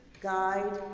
guide,